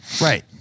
right